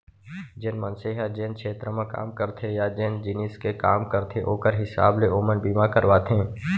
जेन मनसे ह जेन छेत्र म काम करथे या जेन जिनिस के काम करथे ओकर हिसाब ले ओमन बीमा करवाथें